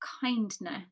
kindness